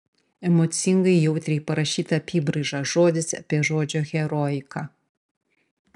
emocingai jautriai parašyta apybraiža žodis apie žodžio heroiką